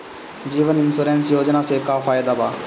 जीवन insurance योजना से का फायदा बा?